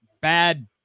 bad